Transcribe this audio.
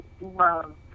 love